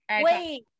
wait